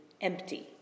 empty